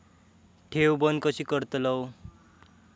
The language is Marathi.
ठेव बंद कशी करतलव?